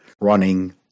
running